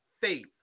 Faith